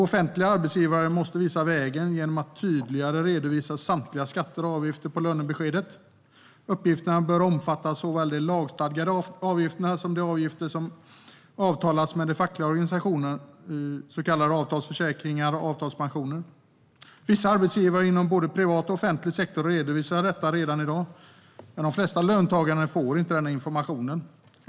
Offentliga arbetsgivare måste visa vägen genom att tydligare redovisa samtliga skatter och avgifter på lönebeskedet. Uppgifterna bör omfatta såväl de lagstadgade avgifterna som de avgifter som avtalats med de fackliga organisationerna, så kallade avtalsförsäkringar och avtalspensioner. Vissa arbetsgivare inom både privat och offentlig sektor redovisar detta redan i dag, men de flesta löntagare får inte den informationen.